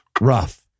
rough